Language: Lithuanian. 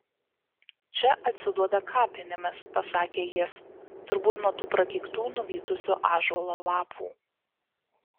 čia atsiduoda kapinėmis pasakė jis turbūt nuo tų prakeiktų nuvytusių ąžuolo lapų